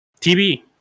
TV